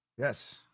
Yes